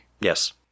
Yes